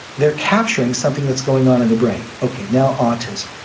they are capturing something that's going on in the brain. okay, now autism.